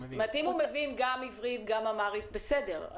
אם הוא מבין גם עברית וגם אמהרית אז זה בסדר,